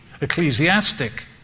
ecclesiastic